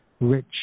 rich